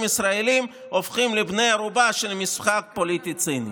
ישראלים הופכים לבני ערובה של משחק פוליטי ציני.